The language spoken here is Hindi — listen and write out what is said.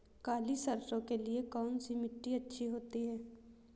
काली सरसो के लिए कौन सी मिट्टी अच्छी होती है?